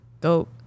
dope